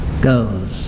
goes